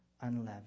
unleavened